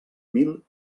mil